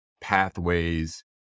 pathways